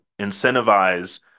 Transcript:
incentivize